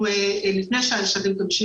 לכנסת.